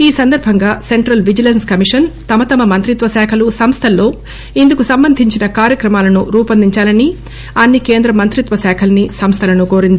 ఈ సందర్బంగా central vigilance commission తమ తమ మంత్రిత్వశాఖలు సంస్టల్లో ఇందుకు సంబంధించిన కార్యక్రమాలను రూపొందించాలని అన్ని కేంద్ర మంత్రిత్వశాఖల్ని సంస్థలను కోరింది